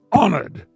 honored